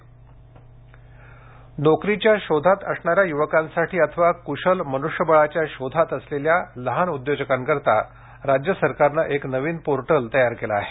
portal नोकरीच्या शोधात असणाऱ्या युवकांसाठी अथवा कुशल मनुष्यबळाच्या शोधात असलेल्या लहान उद्योजकांकरिता राज्य सरकारनं एक नवीन पोर्टल तयार केलं आहे